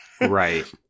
Right